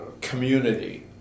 community